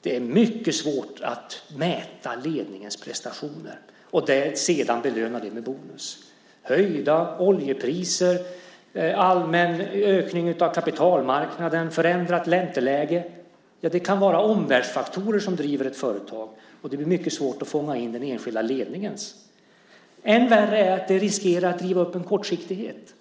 Det är mycket svårt att mäta ledningens prestationer och sedan belöna med bonus. Höjda oljepriser, allmän ökning på kapitalmarknaden, förändrat ränteläge - det kan vara omvärldsfaktorer som driver ett företag - och det blir mycket svårt att fånga in den enskilda ledningens påverkan. Än värre är att det riskerar att driva upp en kortsiktighet.